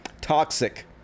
toxic